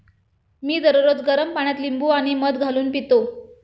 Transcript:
मी दररोज गरम पाण्यात लिंबू आणि मध घालून पितो